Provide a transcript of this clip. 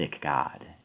god